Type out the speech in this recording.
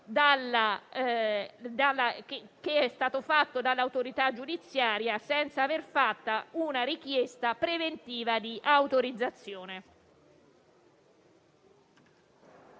WhatsApp da parte dell'autorità giudiziaria senza aver fatto una richiesta preventiva di autorizzazione.